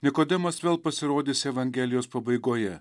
nikodemas vėl pasirodys evangelijos pabaigoje